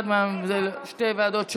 שתי ועדות שונות,